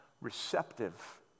receptive